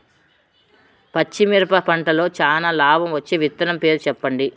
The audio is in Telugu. పచ్చిమిరపకాయ పంటలో చానా లాభం వచ్చే విత్తనం పేరు చెప్పండి?